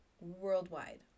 worldwide